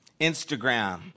Instagram